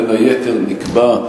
בין היתר נקבע,